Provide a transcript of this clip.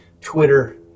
Twitter